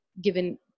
given